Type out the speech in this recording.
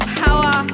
power